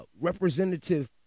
representative